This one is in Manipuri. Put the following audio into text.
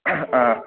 ꯑꯥ